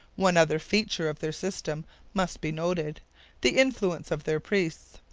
one other feature of their system must be noted the influence of their priests.